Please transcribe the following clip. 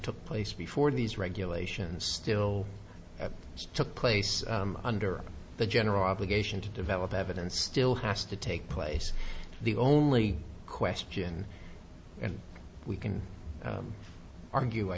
took place before these regulations still took place under the general obligation to develop evidence still has to take place the only question and we can argue i